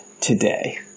today